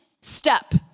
step